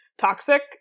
toxic